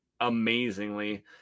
amazingly